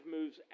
moves